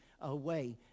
away